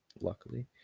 Luckily